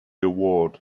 award